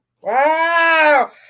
Wow